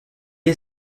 est